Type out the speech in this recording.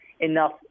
enough